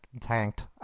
tanked